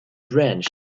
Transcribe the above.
branch